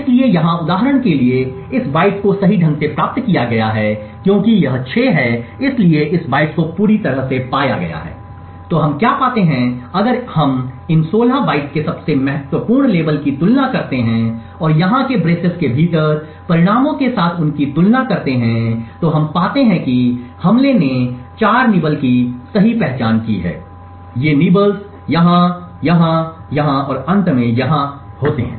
इसलिए यहाँ उदाहरण के लिए इस बाइट्स को सही ढंग से प्राप्त किया गया है क्योंकि यह 6 है इसलिए इस बाइट्स को पूरी तरह से पाया गया है तो हम क्या पाते हैं अगर हम इन 16 बाइट्स के सबसे महत्वपूर्ण लेबल की तुलना करते हैं और यहां के ब्रेसिज़ के भीतर परिणामों के साथ उनकी तुलना करते हैं तो हम पाते हैं कि हमले ने 4 निबल्स की सही पहचान की है कि ये निबल्स यहां यहां यहां और अंत में यहां होते हैं